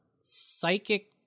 psychic